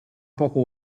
poco